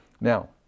Now